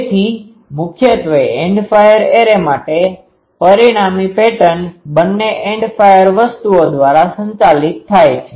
તેથી મુખ્યત્વે end fire array માટે પરિણામી પેટર્ન બંને એન્ડ ફાયર વસ્તુઓ દ્વારા સંચાલિત થાય છે